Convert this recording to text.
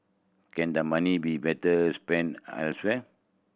can the money be better spent elsewhere